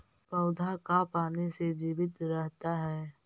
पौधा का पाने से जीवित रहता है?